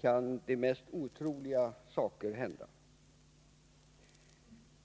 kan de mest otroliga saker hända.